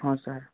ହଁ ସାର୍